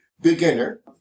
beginner